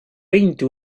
veinte